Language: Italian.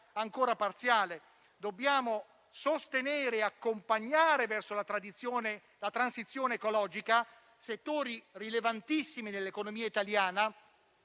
ancora parziale. Dobbiamo sostenere e accompagnare verso la transizione ecologica settori rilevantissimi dell'economia italiana